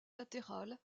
latérales